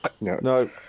no